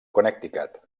connecticut